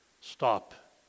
Stop